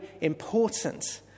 important